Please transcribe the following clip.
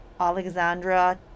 Alexandra